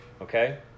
okay